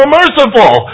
merciful